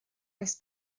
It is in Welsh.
oes